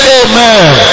amen